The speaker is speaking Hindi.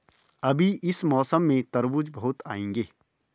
अभी इस मौसम में तरबूज बहुत आएंगे